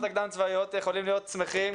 הקדם צבאיות יכולים להיות שמחים,